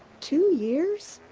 two years?